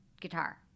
guitar